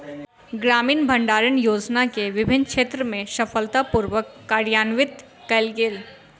ग्रामीण भण्डारण योजना के विभिन्न क्षेत्र में सफलता पूर्वक कार्यान्वित कयल गेल